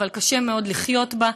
אבל שקשה מאוד לחיות בו,